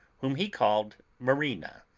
whom he called marina,